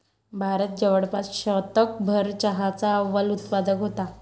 भारत जवळपास शतकभर चहाचा अव्वल उत्पादक होता